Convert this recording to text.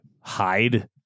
hide